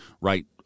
right